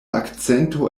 akcento